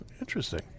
Interesting